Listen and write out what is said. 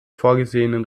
vorgesehenen